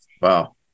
Wow